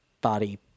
body